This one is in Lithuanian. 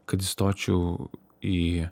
kad įstočiau į